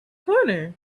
corner